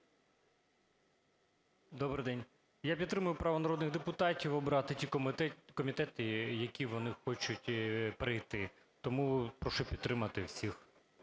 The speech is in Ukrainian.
Добрий день! Я підтримую право народних депутатів обрати ті комітети, в які вони хочуть перейти. Тому прошу підтримати всіх.